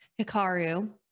hikaru